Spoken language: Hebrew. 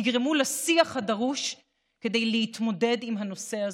יגרמו לשיח הדרוש כדי להתמודד עם הנושא הזה,